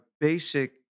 basic